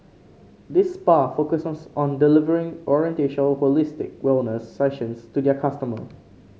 this spa focuses on delivering oriental holistic wellness sessions to their customer